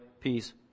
peace